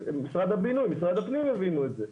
משרד הבינוי, משרד הפנים הבינו את זה.